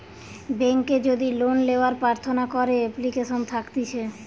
বেংকে যদি লোন লেওয়ার প্রার্থনা করে এপ্লিকেশন থাকতিছে